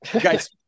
Guys